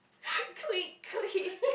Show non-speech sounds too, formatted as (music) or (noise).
(laughs) creek creek